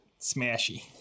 smashy